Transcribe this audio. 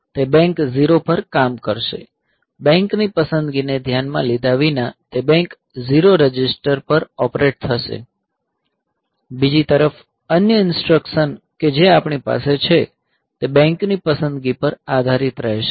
તે બેંક 0 પર કામ કરશે બેંકની પસંદગીને ધ્યાનમાં લીધા વિના તે બેંક 0 રજિસ્ટર પર ઓપરેટ થશે બીજી તરફ અન્ય ઇન્સટ્રકસન કે જે આપણી પાસે છે તે બેંકની પસંદગી પર આધારિત રહેશે